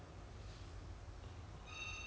ya that's what I figure also leh like